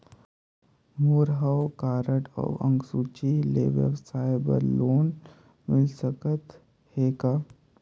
मोर हव कारड अउ अंक सूची ले व्यवसाय बर मोला लोन मिल सकत हे का?